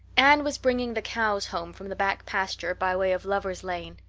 anne was bringing the cows home from the back pasture by way of lover's lane.